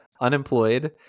unemployed